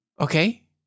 Okay